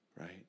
right